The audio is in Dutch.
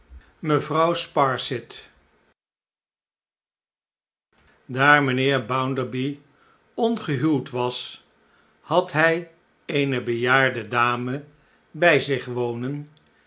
meveouw spaesit daar mijnheer bounderby ongehuwd was had hij eene bejaarde dame bij zich wonen